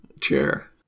chair